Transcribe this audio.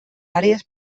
àrees